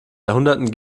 jahrhunderten